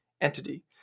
entity